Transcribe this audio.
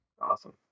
Awesome